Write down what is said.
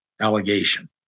allegation